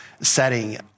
setting